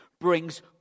brings